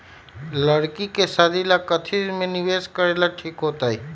लड़की के शादी ला काथी में निवेस करेला ठीक होतई?